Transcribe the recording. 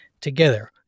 together